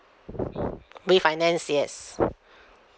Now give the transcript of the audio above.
refinance yes